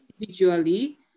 individually